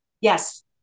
yes